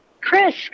Chris